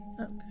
Okay